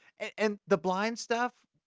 and the blind stuff,